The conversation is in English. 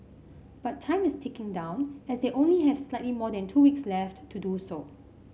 but time is ticking down as they only have slightly more than two weeks left to do so